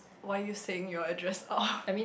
why are you saying your address out